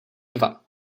dva